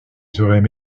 seraient